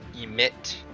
emit